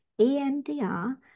EMDR